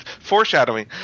foreshadowing